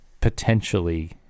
potentially—